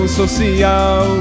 social